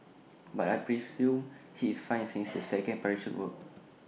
but I presume he is fine since the second parachute worked